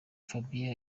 fabien